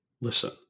listen